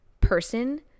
person